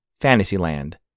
Fantasyland